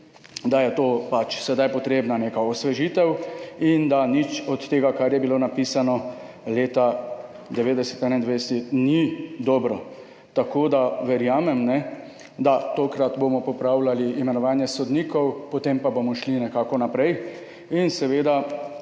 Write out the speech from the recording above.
da je pač sedaj potrebna neka osvežitev in da nič od tega, kar je bilo napisano leta 1990, 1991, ni dobro, verjamem, da bomo tokrat popravljali imenovanje sodnikov, potem pa bomo šli nekako naprej, seveda